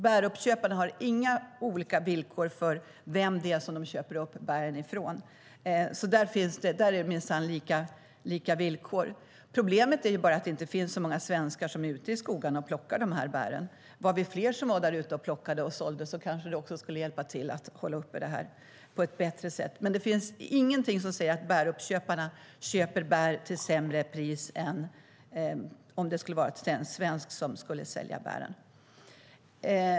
Bäruppköparna har inte olika villkor beroende på vem det är som de köper bären från. Där är det minsann lika villkor. Problemet är bara att det inte finns så många svenskar som är ute i skogarna och plockar de här bären. Skulle vi vara fler som var där ute och plockade och sålde kanske det skulle hjälpa till att hålla uppe det här på ett bättre sätt. Men det finns ingenting som säger att bäruppköparna köper bär till sämre pris än om det skulle vara en svensk som skulle sälja bären.